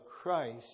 Christ